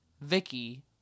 Vicky